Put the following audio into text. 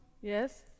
Yes